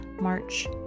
March